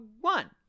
One